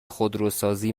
خودروسازی